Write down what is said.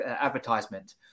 advertisement